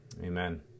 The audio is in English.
Amen